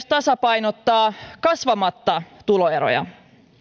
tasapainottaa myös kasvattamatta tuloeroja